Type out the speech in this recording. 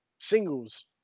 singles